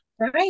right